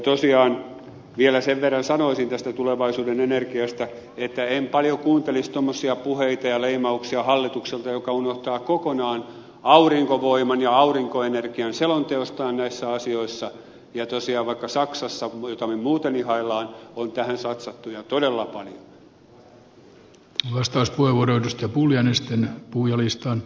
tosiaan vielä sen verran sanoisin tästä tulevaisuuden energiasta että en paljon kuuntelisi tuommoisia puheita ja leimauksia hallitukselta joka unohtaa kokonaan aurinkovoiman ja aurinkoenergian selonteostaan näissä asioissa vaikka saksassa jota me muuten ihailemme on tosiaan tähän satsattu ja todella paljon